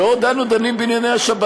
בעוד אנו דנים בענייני השבת,